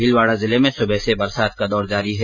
भीलवाड़ा जिले में सुबह से बरसात का दौर जारी है